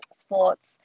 sports